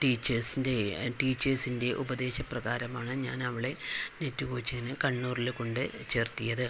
ടീച്ചേഴ്സിൻ്റെ ടീച്ചേഴ്സിൻ്റെ ഉപദേശ പ്രകാരമാണ് ഞാനവളെ നെറ്റ് കോച്ചിങ്ങ് കണ്ണൂരിൽ കൊണ്ടു ചേർത്തത്